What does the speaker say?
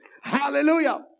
Hallelujah